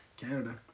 Canada